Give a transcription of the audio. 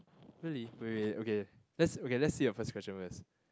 really wait wait okay let's okay let's see the first question first